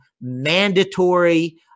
mandatory